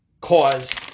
cause